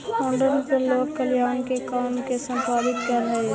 foundation लोक कल्याण के काम के संपादित करऽ हई